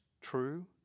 true